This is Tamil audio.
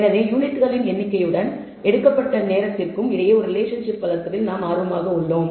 எனவே யூனிட்களின் எண்ணிக்கையுடனும் எடுக்கப்பட்ட நேரத்துக்கும் இடையே ஒரு ரிலேஷன்ஷிப் வளர்ப்பதில் நாம் ஆர்வமாக உள்ளோம்